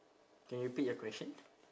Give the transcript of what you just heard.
can you repeat your question